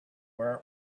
where